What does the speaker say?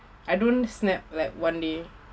I don't snap like one day